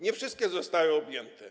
Nie wszystkie zostały tym objęte.